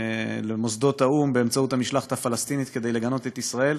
למוסדות האו"ם באמצעות המשלחת הפלסטינית כדי לגנות את ישראל,